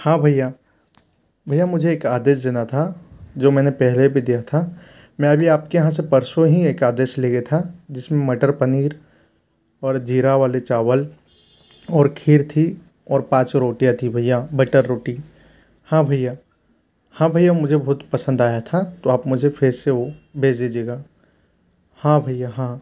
हाँ भय्या भय्या मुझे एक आदेश देना था जो मैंने पहले भी दिया था मैं अभी आप के यहाँ से परसों ही एक आदेश ले के था जिस में मटर पनीर और ज़ीरा वाले चावल और खीर थी और पाँच रोटियाँ थी भय्या बटर रोटी हाँ भय्या हाँ भय्या मुझे बहुत पसंद आया था तो आप मुझे फिर से वो भेज दीजिएगा हाँ भय्या हाँ